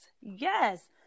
yes